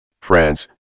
France